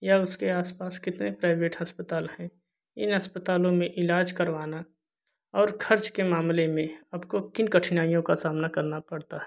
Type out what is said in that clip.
या उसके आसपास कितने प्राइवेट हस्पताल है इन अस्पतालों में इलाज करवाना और खर्च के मामले में आपको किन कठिनाइयों का सामना करना पड़ता है